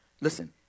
listen